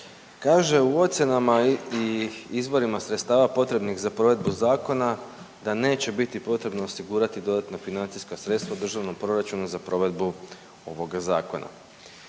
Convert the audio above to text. Kaže u ocjenama i izvorima sredstava potrebnih za provedbu zakona da neće biti potrebno osigurati dodatna financijska sredstva državnog proračuna za provedbu ovoga zakona.